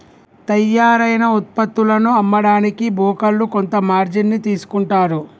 తయ్యారైన వుత్పత్తులను అమ్మడానికి బోకర్లు కొంత మార్జిన్ ని తీసుకుంటారు